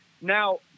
Now